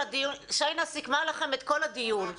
שיינא סיכמה לכם את כל הדיון.